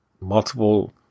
multiple